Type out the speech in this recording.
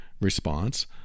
response